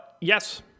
yes